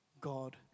God